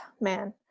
Man